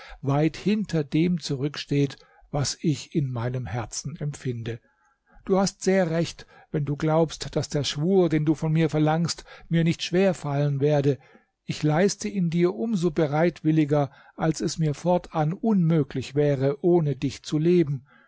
weit hinter dem zurücksteht was ich in meinem herzen empfinde du hast sehr recht wenn du glaubst daß der schwur den du von mir verlangst mir nicht schwer fallen werde ich leiste ihn dir um so bereitwilliger als es mir fortan unmöglich wäre ohne dich zu leben